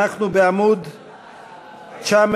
אנחנו בעמוד 929,